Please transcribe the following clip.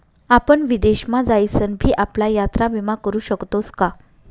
आपण विदेश मा जाईसन भी आपला यात्रा विमा करू शकतोस का?